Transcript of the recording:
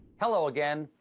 hello, again.